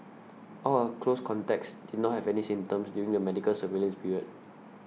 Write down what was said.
all her close contacts did not have any symptoms during the medical surveillance period